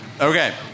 Okay